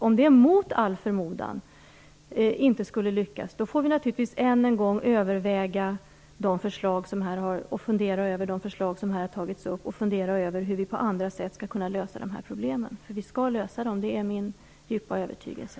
Om det mot all förmodan inte skulle lyckas får vi naturligtvis än en gång överväga och fundera över de förslag som har tagits upp här och över hur vi på andra sätt skall kunna lösa de här problemen. Vi skall nämligen lösa dem, det är min djupa övertygelse.